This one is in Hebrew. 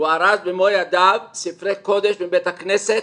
הוא ארז במו ידיו ספרי קודש מבית הכנסת